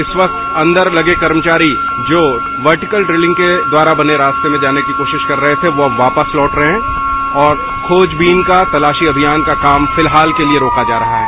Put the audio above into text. इस वक्त अंदर लगे कर्मचारी जो वर्टिकल ड्रिलिंग के द्वारा बने रास्ते में जाने की कोशिश कर रहे थे वो अब वापस लौट रहे हैं और खोज बीन का तलाशी अभियान का काम फिलहाल के लिए रोका जा रहा है